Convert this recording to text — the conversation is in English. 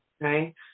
Right